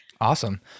Awesome